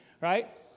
right